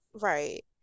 Right